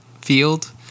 field